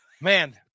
man